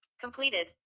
Completed